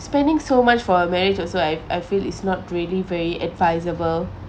spending so much for a marriage also I I feel it's not really very advisable